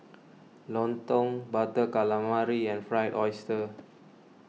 Lontong Butter Calamari and Fried Oyster